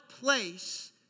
place